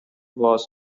was